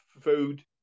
food